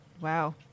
Wow